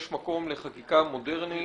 יש מקום לחקיקה מודרנית,